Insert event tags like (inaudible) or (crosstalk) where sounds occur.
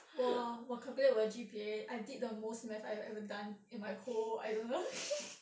!wah! 我 calculate 我的 G_P_A I did the most math I have ever done in my whole I don't know (laughs)